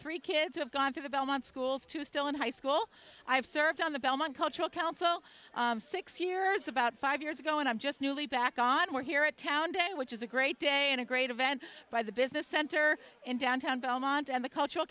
three kids have gone to the belmont schools to still in high school i have served on the belmont cultural council six years about five years ago and i'm just newly back on work here at town day which is a great day and a great event by the business center in downtown belmont and the cultural